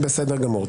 בסדר גמור.